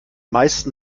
meisten